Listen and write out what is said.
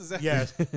Yes